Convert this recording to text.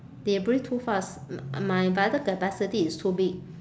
they breathe too fast my vital capacity is too big